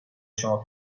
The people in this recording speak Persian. شما